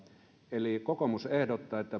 eli kokoomus ehdottaa että